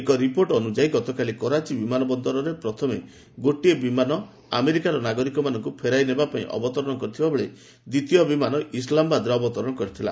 ଏକ ରିପୋର୍ଟ ଅନୁଯାୟୀ ଗତକାଲି କରାଚୀ ବିମାନ ବନ୍ଦରରେ ପ୍ରଥମେ ଗୋଟିଏ ବିମାନ ଆମେରିକାର ନାଗରିକମାନଙ୍କୁ ଫେରେଇ ନେବାପାଇଁ ଅବତରଣ କରିଥିଲାବେଳେ ଦ୍ୱିତୀୟ ବିମାନ ଇସ୍ଲାମାବାଦରେ ଅବତରଣ କରିଥିଲା